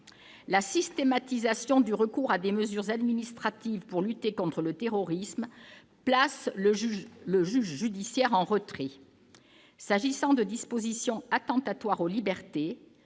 La systématisation du recours à des mesures administratives pour lutter contre le terrorisme place le juge judiciaire en retrait : au titre de dispositions attentatoires aux libertés,